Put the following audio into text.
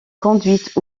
conduite